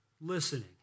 listening